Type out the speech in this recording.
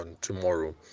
tomorrow